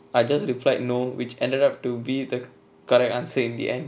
I just replied no which ended up to be the correct answer in the end